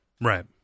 Right